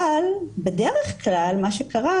אבל בדרך כלל מה שקרה,